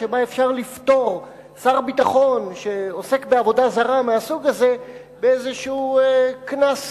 שבה אפשר לפטור שר ביטחון שעוסק בעבודה זרה מהסוג הזה באיזשהו קנס סמלי.